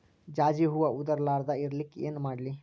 ಜಾಜಿ ಹೂವ ಉದರ್ ಲಾರದ ಇರಲಿಕ್ಕಿ ಏನ ಮಾಡ್ಲಿ?